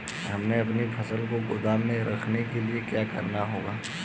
हमें अपनी फसल को गोदाम में रखने के लिये क्या करना होगा?